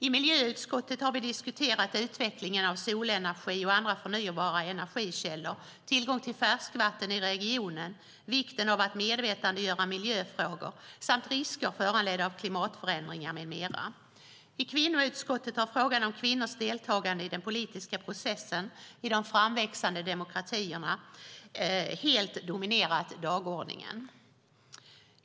I miljöutskottet har vi diskuterat utvecklingen av solenergi och andra förnybara energikällor, tillgången till färskvatten i regionen, vikten av att medvetandegöra miljöfrågor samt risker föranledda av klimatförändringar med mera. I kvinnoutskottet har frågan om kvinnors deltagande i den politiska processen i de framväxande demokratierna helt dominerat dagordningen.